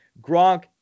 Gronk